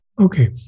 Okay